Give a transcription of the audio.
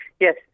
Yes